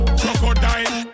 crocodile